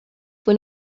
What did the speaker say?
fue